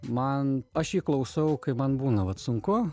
man aš jį klausau kai man būna vat sunku